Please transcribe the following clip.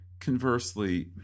Conversely